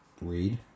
read